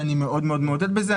אני מאוד מעודד את זה.